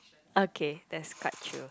okay that's quite true